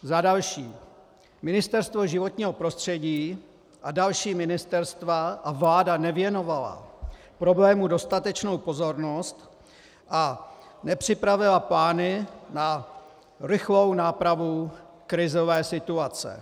Za další, Ministerstvo životního prostředí a další ministerstva a vláda nevěnovaly problému dostatečnou pozornost a nepřipravily plány na rychlou nápravu krizové situace.